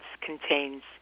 contains